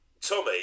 Tommy